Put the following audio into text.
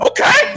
Okay